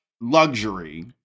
luxury